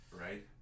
right